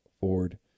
Ford